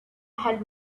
had